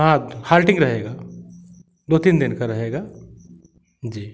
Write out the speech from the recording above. हाँ हार्टिंग रहेगा दो तीन दिन का रहेगा जी